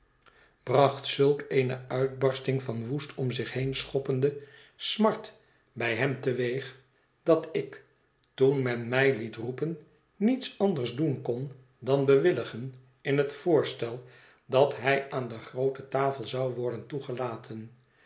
bracht zulk eene uitbarsting van woest om zich heen schoppende smart bij hem te weeg dat ik toen men mij liet roepen niets anders doen kon dan bewilligen in het voorstel dat hij aan de groote tafel zou worden toegelaten